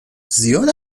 زیاد